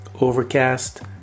Overcast